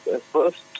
first